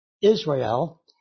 Israel